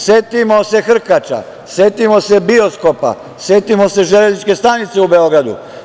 Setimo se Hrkaša, setimo se bioskopa, setimo se železničke stanice u Beogradu.